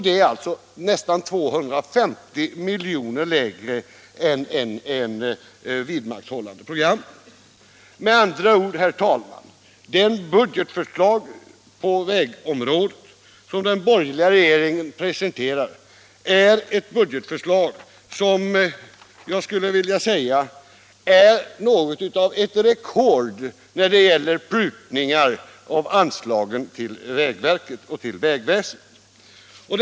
Det är också nästan 250 milj.kr. lägre än det vidmakthållande program vägverket presenterat. Med andra ord, herr talman, det budgetförslag på vägområdet som den borgerliga regeringen presenterar är ett budgetförslag som jag skulle vilja påstå är något av ett rekord när det gäller prutningar på anslagen till vägverket och vägväsendet!